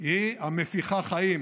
היא המפיחה חיים